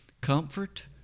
Comfort